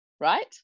right